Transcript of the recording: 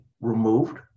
removed